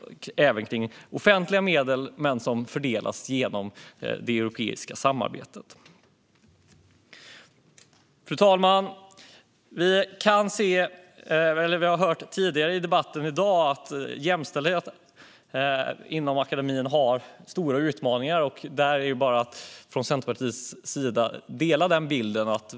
Det gäller även offentliga medel som fördelas genom det europeiska samarbetet. Fru talman! Vi har tidigare i dagens debatt hört att jämställdheten inom akademin har stora utmaningar. Centerpartiet delar den bilden.